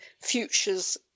futures